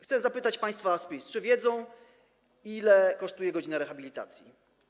Chcę zapytać państwa z PiS, czy wiedzą, ile kosztuje godzina rehabilitacji.